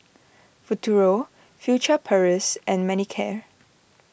Futuro Furtere Paris and Manicare